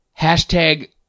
hashtag